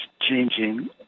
changing